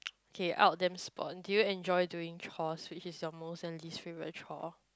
okay out of them sp~ do you enjoy doing chores which is your most and least favourite chore